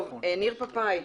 ניר פפאי,